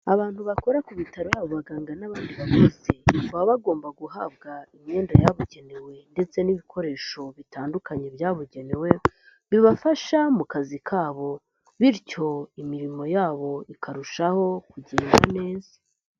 Abantu bakora ku bitaro yaba abaganga n'abandi bakozi. Baba bagomba guhabwa imyenda yabugenewe ndetse n'ibikoresho bitandukanye byabugenewe, bibafasha mu kazi kabo bityo imirimo yabo ikarushaho kugenda neza.